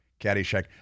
Caddyshack